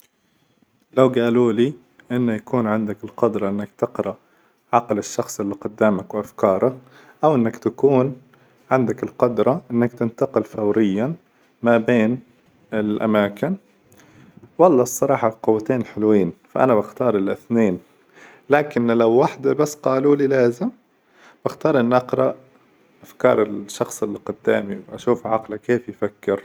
لو قالولي إنه يكون عندك القدرة إنك تقرأ عقل الشخص إللي قدامك وأفكاره، أو إنك تكون عندك القدرة إنك تنتقل فوريا ما بين الأماكن! والله الصراحة القوتين حلوين، فأنا باختار الاثنين، لكن لو واحدة بس قالولي لازم، باختار إني اقرأ أفكار الشخص اإلي قدامي وأشوف عقله كيف يفكر؟.